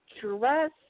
dress